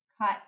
cut